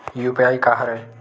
UPI का हरय?